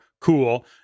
Cool